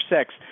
six